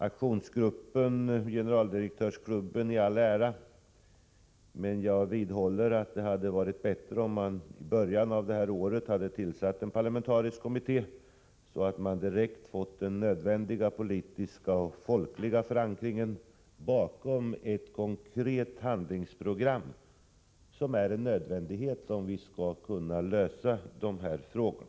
Aktionsgruppen, generaldirektörsgruppen, i all ära, men jag vidhåller att det 105 hade varit bättre om man i början av året hade tillsatt en parlamentarisk kommitté, så att man direkt fått den nödvändiga politiska och folkliga förankringen för ett konkret handlingsprogram, som är en nödvändighet om vi skall kunna lösa de här problemen.